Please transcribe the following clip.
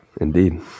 indeed